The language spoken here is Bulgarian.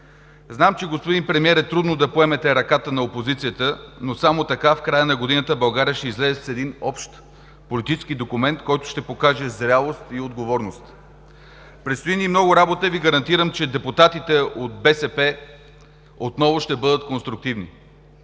Знам, господин Премиер, че е трудно да поемете ръката на опозицията, но само така в края на годината България ще излезе с един общ политически документ, който ще покаже зрялост и отговорност. Предстои ни много работа и Ви гарантирам, че депутатите от БСП отново ще бъдат конструктивни.